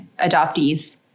adoptees